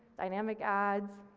dynamic ads?